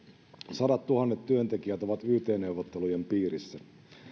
sadattuhannet työntekijät ovat yt neuvottelujen piirissä